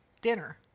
dinner